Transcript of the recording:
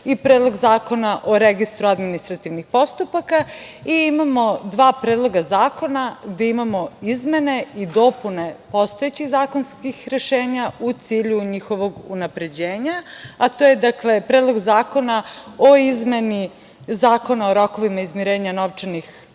i Predlog zakona o registru administrativnih postupaka, i imamo dva predloga zakona, gde imamo izmene i dopune postojećih zakonskih rešenja u cilju njihovog unapređivanja, a to je Predlog zakona o izmeni Zakona o rokovima izmirenja novčanih obaveza